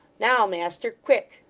now, master, quick!